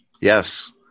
Yes